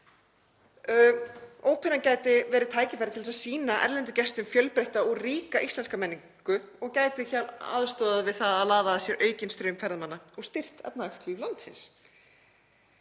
Óperan gæti verið tækifæri til að sýna erlendum gestum fjölbreytta og ríka íslenska menningu og gæti aðstoðað við að laða að aukinn straum ferðamanna og styrkt efnahagslíf landsins.